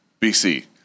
BC